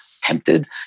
tempted